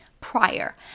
prior